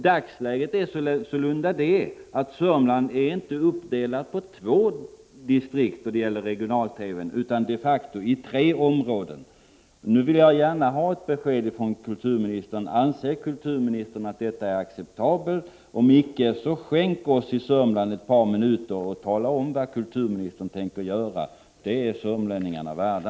Dagsläget när det gäller regional-TV är sålunda det att Sörmland inte är uppdelat på två distrikt utan de facto på tre områden. Nu vill jag gärna ha besked från kulturministern: Anser kulturministern att detta är acceptabelt? Om inte — skänk oss i Sörmland ett par minuter och tala om vad kulturministern tänker göra. Det är sörmlänningarna värda.